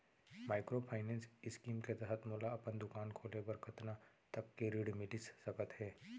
Microfinance scheme के तहत मोला अपन दुकान खोले बर कतना तक के ऋण मिलिस सकत हे?